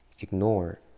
ignore